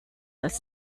als